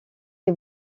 les